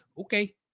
Okay